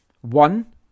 One